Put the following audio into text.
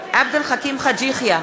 בעד עבד אל חכים חאג' יחיא,